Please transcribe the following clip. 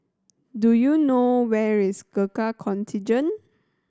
do you know where is Gurkha Contingent